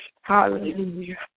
Hallelujah